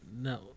No